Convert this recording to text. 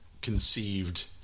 conceived